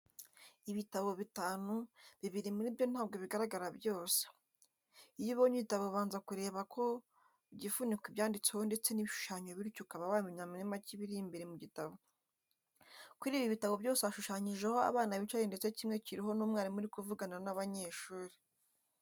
Ibitabo bitanu, bibiri muri byo ntabwo bigararagara byose. Iyo ubonye igitabo ubanza kureba ku gifuniko ibyanditseho ndetse n'ibishushanyo bityo ukaba wamenya muri make ibiri Imbere mu gitabo. Kuri ibi bitabo byose hashushanyijeho abana bicaye ndetse kimwe kiriho n'umwarimu uri kuvugana n'abanyeshuri.